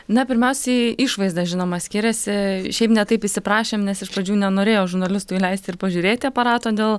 na pirmiausiai išvaizda žinoma skiriasi šiaip ne taip įsiprašėm nes iš pradžių nenorėjo žurnalistų leisti ir pažiūrėti aparato dėl